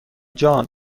جان